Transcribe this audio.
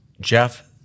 Jeff